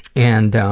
and